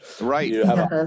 Right